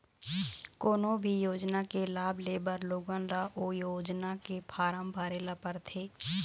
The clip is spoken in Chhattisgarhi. कोनो भी योजना के लाभ लेबर लोगन ल ओ योजना के फारम भरे ल परथे